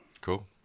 Cool